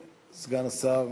הבעל או האישה?